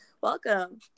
Welcome